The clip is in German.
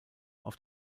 auf